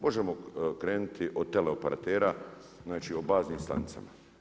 Možemo krenuti od teleoperatera, znači o baznim stanicama.